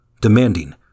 demanding